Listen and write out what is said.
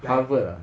harvard ah